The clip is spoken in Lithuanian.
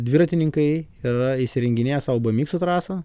dviratininkai yra įsirenginėja sabo bimiksų trasą